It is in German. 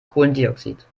kohlendioxid